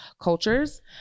cultures